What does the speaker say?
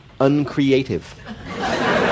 uncreative